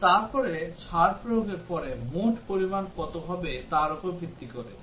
এবং তারপরে ছাড় প্রয়োগের পরে মোট পরিমাণ কত হবে তার উপর ভিত্তি করে